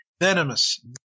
venomous